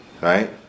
Right